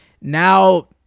Now